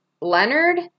Leonard